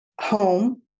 home